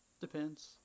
Depends